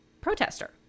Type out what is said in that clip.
protester